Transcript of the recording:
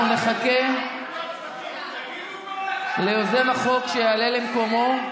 אנחנו נחכה ליוזם החוק שיעלה למקומו.